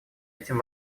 этим